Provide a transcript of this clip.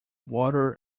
water